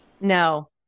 No